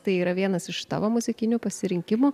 tai yra vienas iš tavo muzikinių pasirinkimų